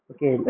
Okay